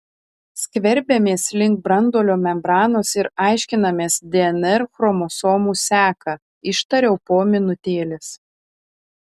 skverbiamės link branduolio membranos ir aiškinamės dnr chromosomų seką ištariau po minutėlės